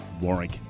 Warwick